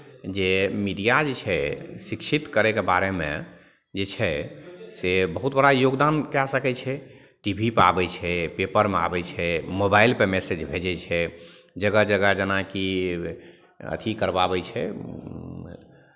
जे मीडिया जे छै शिक्षित करयके बारेमे जे छै से बहुत बड़ा योगदान कए सकै छै टी भी पर आबै छै पेपरमे आबै छै मोबाइलपर मैसेज भेजै छै जगह जगह जेनाकि अथि करबवाबै छै